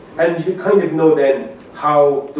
and you'd kind of know then how the